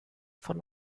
von